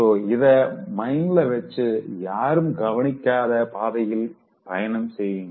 so இத மைண்ட்ல வச்சு யாரும் பயணிக்காத பாதையில் பயணம் செய்ங்க